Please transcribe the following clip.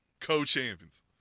Co-champions